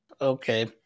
Okay